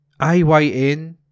iyn